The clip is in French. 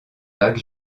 vague